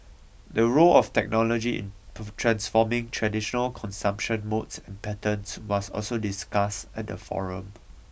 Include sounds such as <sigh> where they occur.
the role of technology <unintelligible> transforming traditional consumption modes and patterns was also discussed at the forum